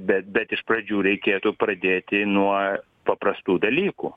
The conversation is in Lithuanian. bet bet iš pradžių reikėtų pradėti nuo paprastų dalykų